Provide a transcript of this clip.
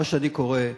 מה שאני קורא,